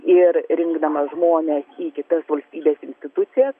ir rinkdamas žmones į kitas valstybės institucijas